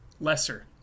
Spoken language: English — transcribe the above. lesser